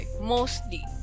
Mostly